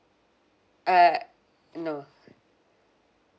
eh no